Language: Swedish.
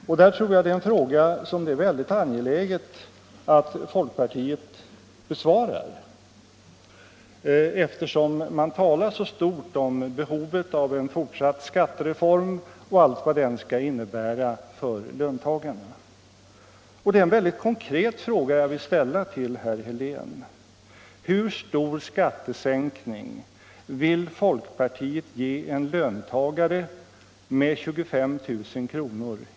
Där tror jag att det finns en fråga som det är angeläget att folkpartiet besvarar, eftersom man talar så stort om behovet av en fortsatt skattereform och allt vad den skall innebära för löntagarna. Och det är en mycket konkret fråga jag vill ställa till herr Helén: Hur stor skattesänkning vill folkpartiet ge en löntagare med 25 000 kr.